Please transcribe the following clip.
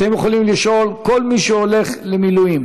אתם יכולים לשאול כל מי שהולך למילואים,